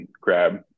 grab